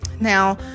Now